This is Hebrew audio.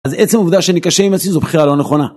אז עצם העובדה שאני קשה עם עצמי זו בכלל לא נכונה.